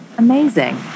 amazing